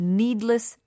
needless